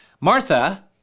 Martha